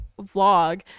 vlog